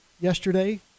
yesterday